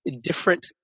different